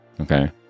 Okay